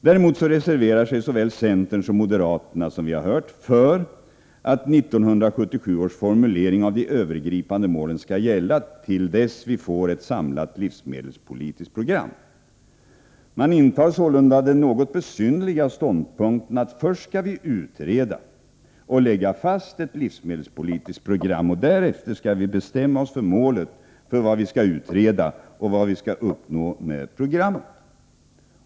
Däremot reserverar sig, som vi har hört, såväl centern som moderaterna för att 1977 års formulering av de övergripande målen skall gälla till dess vi får ett samlat livsmedelspolitiskt program. Man intar sålunda den något besynnerliga ståndpunkten att först skall vi utreda och lägga fast ett livsmedelspolitiskt program, och därefter skall vi bestämma oss för målet för vad vi skall utreda och vad vi skall uppnå med programmet.